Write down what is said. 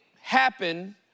happen